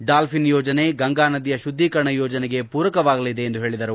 ಡಾಲ್ತಿನ್ ಯೋಜನೆ ಗಂಗಾನದಿಯ ಶುದ್ದೀಕರಣ ಯೋಜನೆಗೆ ಮೂರಕವಾಗಲಿದೆ ಎಂದು ಹೇಳಿದರು